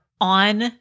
on